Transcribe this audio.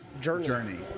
journey